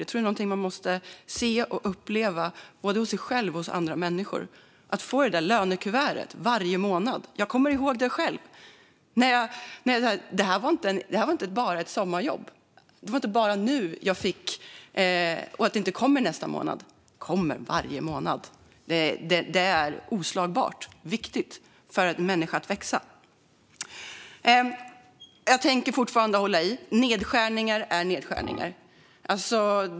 Jag tror att man måste se och uppleva, både hos sig själv och hos andra människor, att få det där lönekuvertet varje månad. Jag kommer själv ihåg när det inte bara var ett sommarjobb. Det var inte bara nu som jag fick ett lönekuvert, och inget nästa månad, utan det kom varje månad. Det är oslagbart och viktigt för att få människor att växa. Jag vidhåller fortfarande att nedskärningar är nedskärningar.